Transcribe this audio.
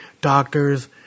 doctors